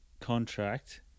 contract